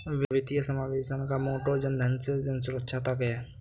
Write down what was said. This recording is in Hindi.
वित्तीय समावेशन का मोटो जनधन से जनसुरक्षा तक है